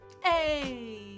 Hey